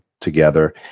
together